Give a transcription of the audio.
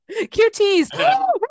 QTs